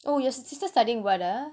oh your sister studying what ah